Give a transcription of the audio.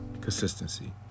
Consistency